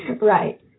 Right